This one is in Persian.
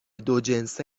دوجنسه